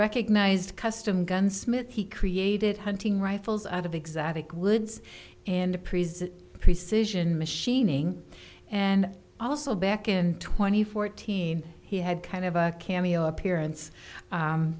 recognized custom gunsmith he created hunting rifles out of exotic woods and a prison precision machining and also back in twenty fourteen he had kind of a cameo appearance